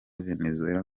venezuela